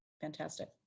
fantastic